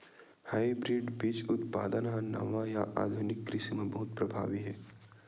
hybrid बीज उत्पादन हा नवा या आधुनिक कृषि मा बहुत प्रभावी हे